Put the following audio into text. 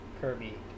Kirby